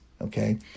Okay